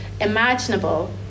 imaginable